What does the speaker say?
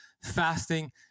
fasting